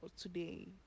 today